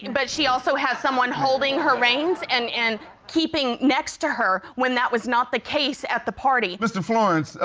and but she also has someone holding her reins and, and. keeping next to her when that was not the case at the party. ah, mr. florence,